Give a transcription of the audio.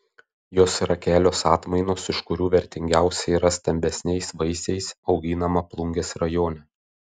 jos yra kelios atmainos iš kurių vertingiausia yra stambesniais vaisiais auginama plungės rajone